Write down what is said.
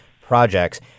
projects